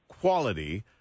quality –